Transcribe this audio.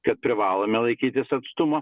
kad privalome laikytis atstumo